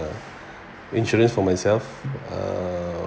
insurance for myself uh